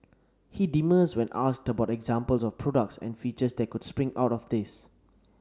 he demurs when asked about examples of products and features that could spring out of this